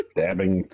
dabbing